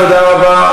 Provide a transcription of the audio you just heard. תודה רבה.